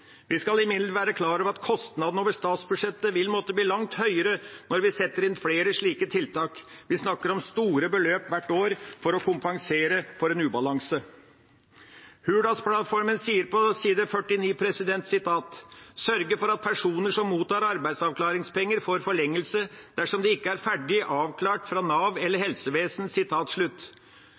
Vi skal imidlertid være klar over at kostnadene over statsbudsjettet vil måtte bli langt høyere når vi setter inn flere slike tiltak. Vi snakker om store beløp hvert år for å kompensere for en ubalanse. Hurdalsplattformen sier på side 49 at regjeringa vil «sørge for at personer som mottar arbeidsavklaringspenger får forlengelse dersom de ikke er ferdig avklart fra NAV eller